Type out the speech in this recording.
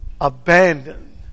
abandoned